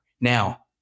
Now